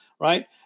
Right